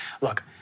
Look